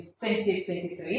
2023